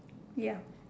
ya